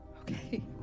okay